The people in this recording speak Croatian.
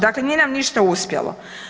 Dakle nije nam ništa uspjelo.